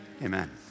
Amen